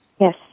Yes